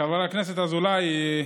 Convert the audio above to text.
חבר הכנסת אזולאי,